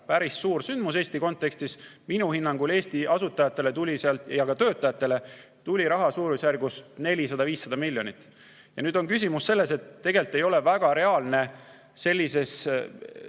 Päris suur sündmus Eesti kontekstis. Minu hinnangul Eesti asutajatele ja ka töötajatele tuli raha 400 või 500 miljonit. Nüüd on küsimus selles, et tegelikult ei ole väga reaalne kõiki